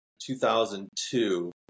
2002